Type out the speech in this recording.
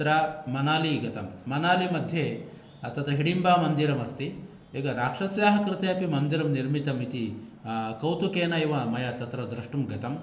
तत्र मनालि गतं मनाली मध्ये तत्र हिडिम्बा मन्दिरमस्ति एक राक्षस्या कृते अपि मन्दिरं निर्मितम् इति कौतुकेन एव मया द्रष्टुं गतं